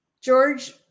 George